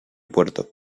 puerto